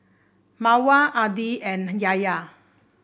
Mawar Adi and Yahya